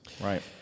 right